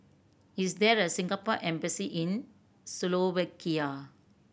is there a Singapore Embassy in Slovakia